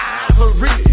ivory